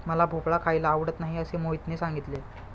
मला भोपळा खायला आवडत नाही असे मोहितने सांगितले